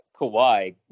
Kawhi